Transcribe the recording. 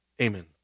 amen